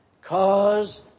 Cause